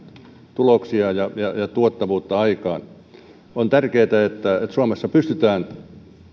tuloksia ja tuottavuutta aikaan on tärkeätä että suomessa pystytään